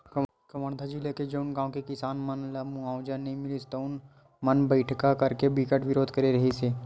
कवर्धा जिला के जउन गाँव के किसान मन ल मुवावजा नइ मिलिस तउन मन बइठका करके बिकट बिरोध करे रिहिस हे